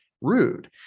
rude